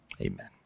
Amen